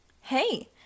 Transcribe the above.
Hey